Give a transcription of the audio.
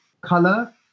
color